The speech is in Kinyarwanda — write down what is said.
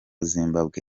zimbabwe